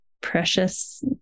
precious